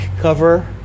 cover